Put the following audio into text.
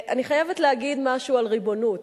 אני חייבת להגיד משהו על ריבונות.